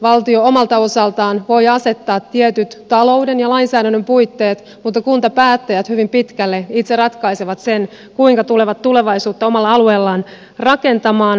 valtio omalta osaltaan voi asettaa tietyt talouden ja lainsäädännön puitteet mutta kuntapäättäjät hyvin pitkälle itse ratkaisevat sen kuinka tulevat tulevaisuutta omalla alueellaan rakentamaan